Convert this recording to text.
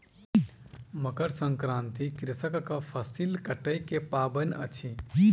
मकर संक्रांति कृषकक फसिल कटै के पाबैन अछि